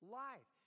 life